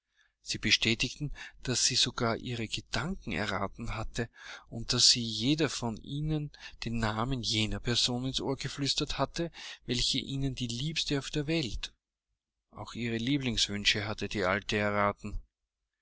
sie bestätigten daß sie sogar ihre gedanken erraten hatte und daß sie jeder von ihnen den namen jener person ins ohr geflüstert hatte welche ihnen die liebste auf der welt auch ihre lieblingswünsche hatte die alte erraten